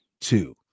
Two